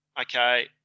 okay